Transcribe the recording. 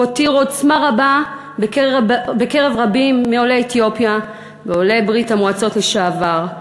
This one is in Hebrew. הוא הותיר עוצמה רבה בקרב רבים מעולי אתיופיה ועולי ברית-המועצות לשעבר,